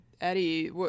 Eddie